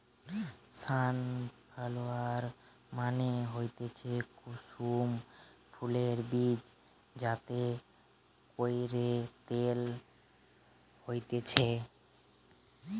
sunflower মানে হতিছে কুসুম ফুলের বীজ যাতে কইরে তেল হতিছে